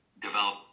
develop